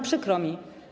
Przykro mi.